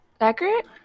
accurate